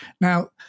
Now